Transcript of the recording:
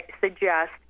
suggest